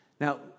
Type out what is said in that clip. Now